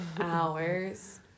hours